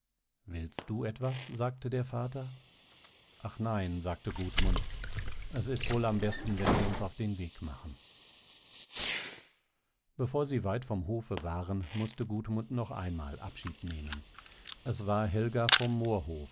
willst du etwas sagte der vater ach nein sagte gudmund es ist wohl am besten wenn wir uns auf den weg machen bevor sie weit vom hofe waren mußte gudmund noch einmal abschied nehmen es war helga vom